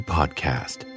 Podcast